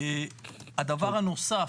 הדבר הנוסף,